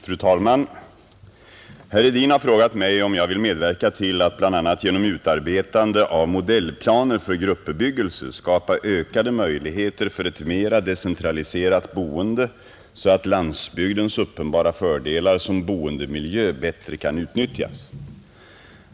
Fru talman! Herr Hedin har frågat mig om jag vill medverka till att bl.a. genom utarbetande av modellplaner för gruppbebyggelse skapa ökade möjligheter för ett mera decentraliserat boende så att landsbygdens uppenbara fördelar som boendemiljö bättre kan utnyttjas.